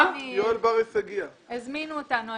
הזמינו אותנו.